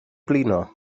blino